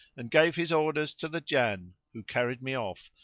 and gave his orders to the jann who carried me off,